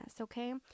okay